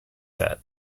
set